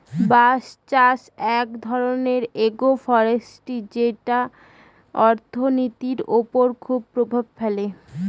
বাঁশের চাষ এক ধরনের এগ্রো ফরেষ্ট্রী যেটা অর্থনীতির ওপর খুব প্রভাব ফেলে